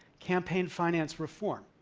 campaign finance reform.